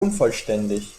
unvollständig